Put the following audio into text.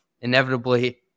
inevitably